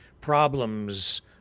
problems